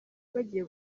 bagiye